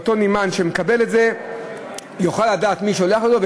אותו נמען שמקבל את זה יוכל לדעת מי שולח לו,